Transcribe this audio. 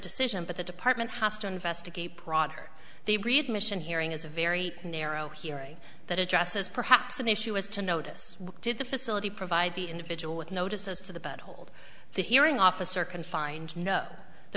decision but the department has to investigate broader the admission hearing is a very narrow hearing that addresses perhaps an issue as to notice did the facility provide the individual with notices to the but hold the hearing officer confines no